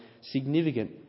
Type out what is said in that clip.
significant